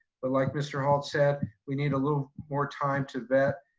but like mr. halt said, we need a little more time to vet,